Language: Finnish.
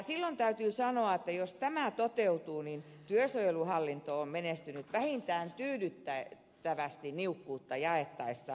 silloin täytyy sanoa että jos tämä toteutuu niin työsuojeluhallinto on menestynyt vähintään tyydyttävästi niukkuutta jaettaessa